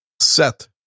set